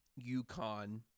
UConn